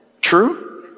True